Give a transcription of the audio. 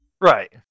Right